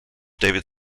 david